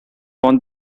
want